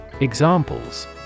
Examples